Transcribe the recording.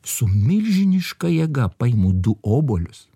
su milžiniška jėga paimu du obuolius